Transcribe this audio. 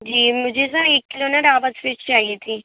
جی مجھے نا ایک کلو نا راوس فش چاہیے تھی